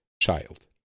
child